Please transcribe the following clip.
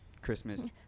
Christmas